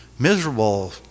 miserable